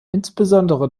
insbesondere